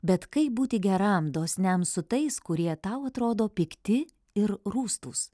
bet kaip būti geram dosniam su tais kurie tau atrodo pikti ir rūstūs